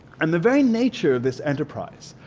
and the very nature of this enterprise,